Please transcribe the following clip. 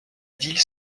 ville